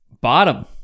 Bottom